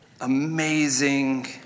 amazing